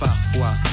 Parfois